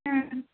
ம்